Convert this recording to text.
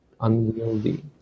unwieldy